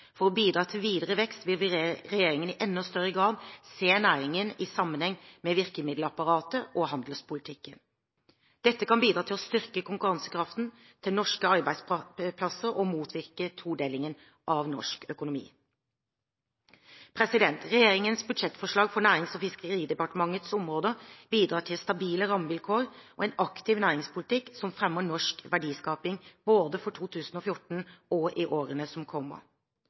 For å bidra til videre vekst vil regjeringen i enda større grad se næringen i sammenheng med virkemiddelapparatet og handelspolitikken. Dette kan bidra til å styrke konkurransekraften til norske arbeidsplasser og motvirke todelingen i norsk økonomi. Regjeringens budsjettforslag på Nærings- og fiskeridepartementets områder bidrar til stabile rammevilkår og en aktiv næringspolitikk som fremmer norsk verdiskaping både for 2014 og i årene som kommer.